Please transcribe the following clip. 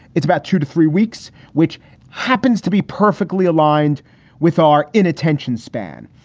it's about two to three weeks, which happens to be perfectly aligned with our inattention span.